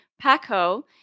Paco